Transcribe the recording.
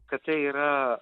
kad tai yra